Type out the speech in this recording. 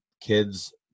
kids